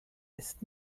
ist